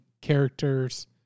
characters